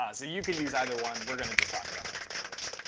ah you can use either one. we're going to just talk about tensorflow though.